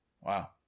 Wow